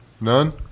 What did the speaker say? None